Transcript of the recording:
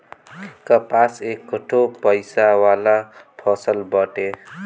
कपास एकठो पइसा वाला फसल बाटे